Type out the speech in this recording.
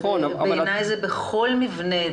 בעיניי זה צריך להיות בכל מבנה.